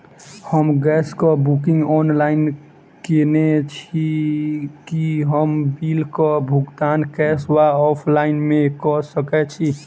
हम गैस कऽ booking online केने छी, की हम बिल कऽ भुगतान कैश वा ऑफलाइन मे कऽ सकय छी?